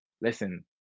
listen